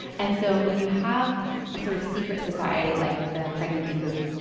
and so when you have a sort of secret society like the pregnancy groups,